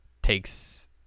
takes